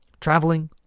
Traveling